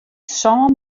sân